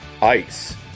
Ice